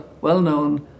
well-known